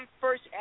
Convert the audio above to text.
first